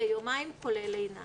ליומיים כולל לינה.